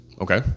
Okay